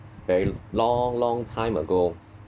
very long long time ago